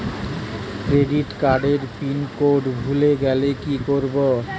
Credit কার্ডের pin code ভুলে গেলে কি করব?